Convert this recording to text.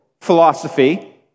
philosophy